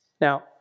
Now